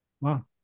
Wow